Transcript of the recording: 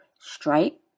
stripe